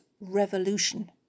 revolution